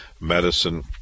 medicine